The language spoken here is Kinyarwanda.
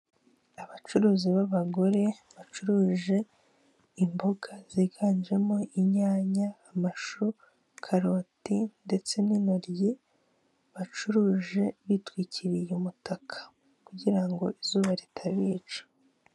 Abacuruzi b'abagore bacuruje imboga ziganjemo inyanya ,amashu karoti ,ndetse n'intoryi bacuruje bitwikiriye umutaka kugira ngo izuba ritabica .